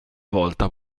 volta